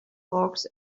hawks